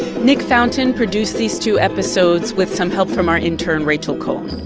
nick fountain produced these two episodes with some help from our intern rachel cohn.